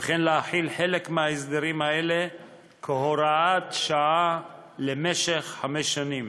וכן להחיל חלק מההסדרים האלה כהוראת שעה למשך חמש שנים,